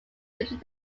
between